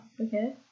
okay